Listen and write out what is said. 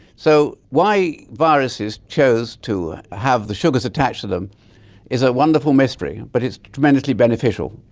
so why viruses chose to have the sugars attached to them is a wonderful mystery, but it's tremendously beneficial.